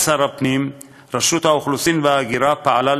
רשות האוכלוסין וההגירה פעלה,